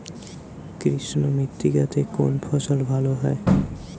কৃষ্ণ মৃত্তিকা তে কোন ফসল ভালো হয়?